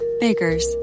Baker's